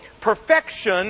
perfection